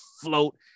float